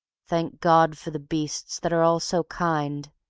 thank god for the beasts that are all so kind,